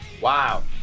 Wow